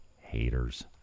Haters